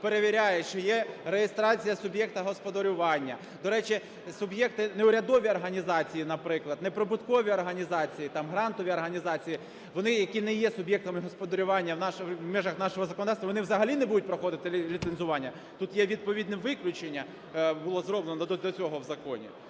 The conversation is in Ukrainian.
перевіряє, чи є реєстрація суб'єкта господарювання. До речі, суб'єкти: неурядові організації, наприклад, неприбуткові організації, там, грантові організації – вони, які не є суб'єктами господарювання в межах нашого законодавства, вони взагалі не будуть проходити ліцензування? Тут є відповідне виключення, було зроблено для цього в законі.